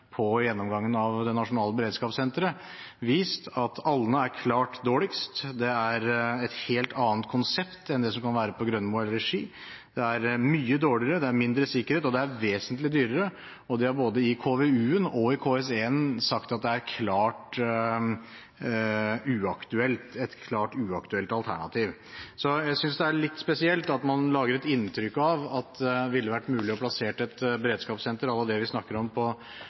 på gjennomgangen av det nasjonale beredskapssenteret, vist at Alna er klart dårligst. Det er et helt annet konsept enn det som kan være på Grønmo eller i Ski. Det er mye dårligere, det er mindre sikkerhet, og det er vesentlig dyrere, og det er både i KVU-en og i KS1-en sagt at det er et klart uaktuelt alternativ. Jeg synes det er litt spesielt at man lager et inntrykk av at det ville vært mulig å plassere et beredskapssenter à la det vi snakker om på